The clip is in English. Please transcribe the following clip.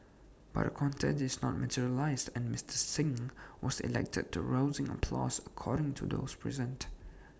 but A contest did not materialise and Mister Singh was elected to rousing applause according to those present